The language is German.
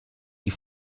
die